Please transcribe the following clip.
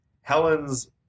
Helen's